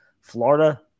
Florida